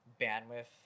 bandwidth